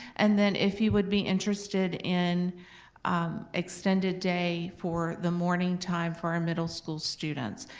and then if you would be interested in extended day for the morning time for our middle school students.